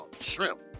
shrimp